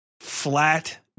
flat